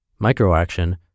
Microaction